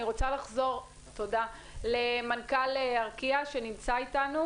אני רוצה לחזור למנכ"ל ארקיע שנמצא אתנו